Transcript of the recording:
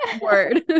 word